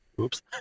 Oops